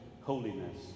holiness